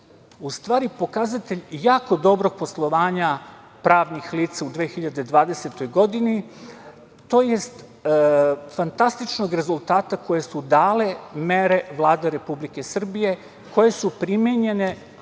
u stvari pokazatelj jako dobrog poslovanja pravnih lica u 2020. godini, tj. fantastičnog rezultata koje su dale mere Vlade Republike Srbije, koje su primenjene,